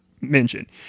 mention